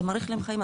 זה מעריך להם חיים,